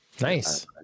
nice